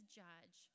judge